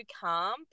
calm